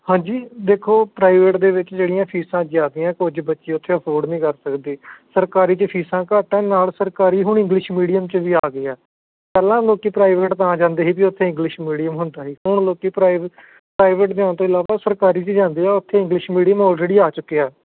ਹਾਂਜੀ ਦੇਖੋ ਪ੍ਰਾਈਵੇਟ ਦੇ ਵਿੱਚ ਜਿਹੜੀਆਂ ਫੀਸਾਂ ਜ਼ਿਆਦਾ ਕੁਝ ਬੱਚੇ ਉੱਥੇ ਅਫੋਰਡ ਨਹੀਂ ਕਰ ਸਕਦੇ ਸਰਕਾਰੀ 'ਚ ਫੀਸਾਂ ਘੱਟ ਆ ਨਾਲ ਸਰਕਾਰੀ ਹੁਣ ਇੰਗਲਿਸ਼ ਮੀਡੀਅਮ 'ਚ ਵੀ ਆ ਗਏ ਆ ਪਹਿਲਾਂ ਲੋਕ ਪ੍ਰਾਈਵੇਟ ਤਾਂ ਜਾਂਦੇ ਸੀ ਵੀ ਉੱਥੇ ਇੰਗਲਿਸ਼ ਮੀਡੀਅਮ ਹੁੰਦਾ ਸੀ ਹੁਣ ਲੋਕ ਪ੍ਰਾਈ ਪ੍ਰਾਈਵੇਟ ਜਾਣ ਤੋਂ ਇਲਾਵਾ ਸਰਕਾਰੀ 'ਚ ਜਾਂਦੇ ਆ ਉੱਥੇ ਇੰਗਲਿਸ਼ ਮੀਡੀਅਮ ਆਲਰੇਡੀ ਆ ਚੁੱਕਿਆ